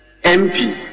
MP